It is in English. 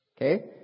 Okay